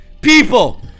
People